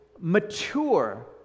mature